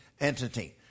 entity